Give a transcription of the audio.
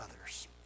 others